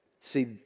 See